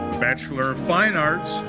bachelor of fine arts,